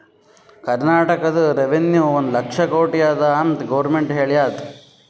ಕರ್ನಾಟಕದು ರೆವೆನ್ಯೂ ಒಂದ್ ಲಕ್ಷ ಕೋಟಿ ಅದ ಅಂತ್ ಗೊರ್ಮೆಂಟ್ ಹೇಳ್ಯಾದ್